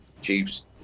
Chiefs